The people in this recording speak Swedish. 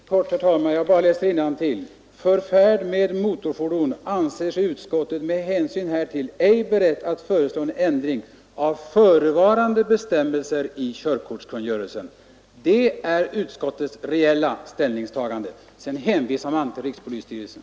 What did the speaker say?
Helt kort, herr talman, jag bara läser innantill: ”För färd med motorfordon anser sig utskottet med hänsyn härtill ej berett att föreslå en ändring av förevarande bestämmelser i körkortskungörelsen.” Det är utskottets reella ställningstagande. Sedan hänvisar man till rikspolisstyrelsen.